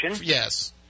yes